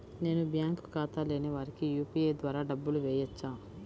నేను బ్యాంక్ ఖాతా లేని వారికి యూ.పీ.ఐ ద్వారా డబ్బులు వేయచ్చా?